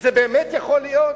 זה באמת יכול להיות?